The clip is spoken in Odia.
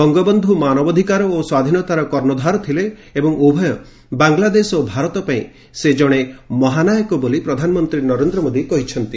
ବଙ୍ଗବନ୍ଧୁ ମାନବାଧିକାର ଓ ସ୍ୱାଧୀନତାର କର୍ଷ୍ଣଧାର ଥିଲେ ଏବଂ ଉଭୟ ବାଂଲାଦେଶ ଓ ଭାରତ ପାଇଁ ସେ ଜଣେ ମହାନାୟକ ବୋଲି ପ୍ରଧାନମନ୍ତ୍ରୀ ନରେନ୍ଦ୍ର ମୋଦୀ କହିଛନ୍ତି